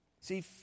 See